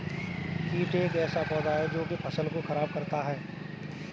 कीट एक ऐसा पौधा है जो की फसल को खराब करता है